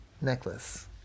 necklace